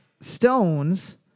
stones